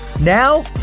now